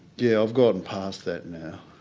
yeah i've gone past that now.